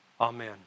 Amen